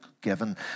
given